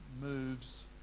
moves